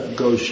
go